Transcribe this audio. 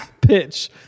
Pitch